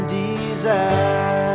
desire